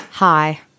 hi